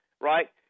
right